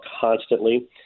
constantly